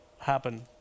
happen